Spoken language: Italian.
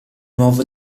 nuovo